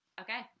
Okay